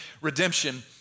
Redemption